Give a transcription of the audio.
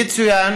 יצוין